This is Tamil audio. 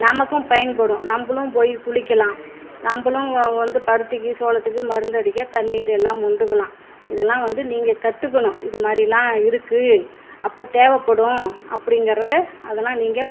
நமக்கும் பயன்படும் நம்மளும் போய் குளிக்கலாம் நம்மளும் வ வ வந்து பருத்திக்கு சோளத்துக்கு மருந்தடிக்க தண்ணீர் எல்லாம் மொண்டுக்கலாம் இதெல்லாம் வந்து நீங்கள் கற்றுக்கணும் இது மாதிரிலாம் இருக்குது அப்போ தேவைப்படும் அப்படிங்கிறத அதெல்லாம் நீங்கள்